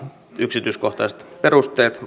yksityiskohtaiset perusteet